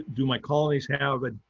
do my colonies have and